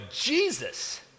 Jesus